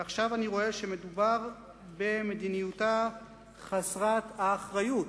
ועכשיו אני רואה שמדובר ב"מדיניותה חסרת האחריות